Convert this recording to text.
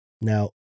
Now